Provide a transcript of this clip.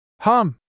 Hum